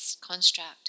construct